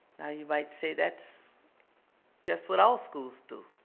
now, you might say that's just what all schools do.